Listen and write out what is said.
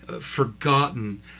forgotten